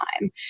time